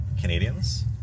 Canadians